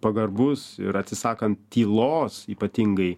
pagarbus ir atsisakant tylos ypatingai